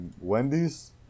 Wendy's